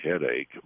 headache